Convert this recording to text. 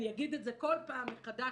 אני אגיד את זה כל פעם מחדש,